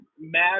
mad